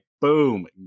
boom